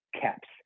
caps